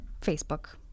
facebook